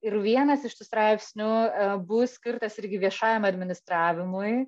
ir vienas iš tų straipsnių a bus skirtas irgi viešajam administravimui